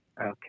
Okay